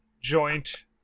Joint